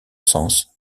sens